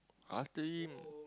after this